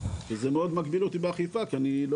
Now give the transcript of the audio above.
שזה מאוד מגביל אותי באכיפה כי אני לא